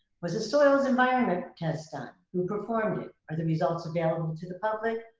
was a soils environment test done? who performed it, are the results available to the public?